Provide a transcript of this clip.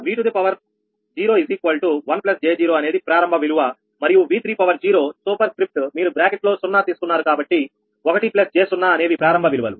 కావున 𝑉0 1 𝑗0 అనేది ప్రారంభ విలువ మరియు 𝑉30 సూపర్ స్క్రిప్ట్ మీరు బ్రాకెట్లో 0 తీసుకున్నారు కాబట్టి 1 j 0 అనేవి ప్రారంభ విలువలు